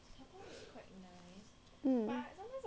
um